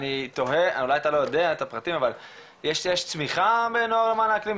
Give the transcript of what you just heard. אני תוהה אולי אתה לא יודע את הפרטים אבל יש צמיחה בנוער למען האקלים?